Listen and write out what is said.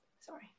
sorry